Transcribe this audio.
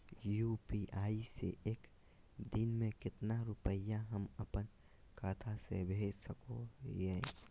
UPI से एक दिन में कितना रुपैया हम अपन खाता से भेज सको हियय?